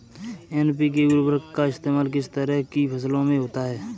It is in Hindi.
एन.पी.के उर्वरक का इस्तेमाल किस तरह की फसलों में होता है?